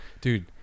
dude